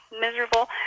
miserable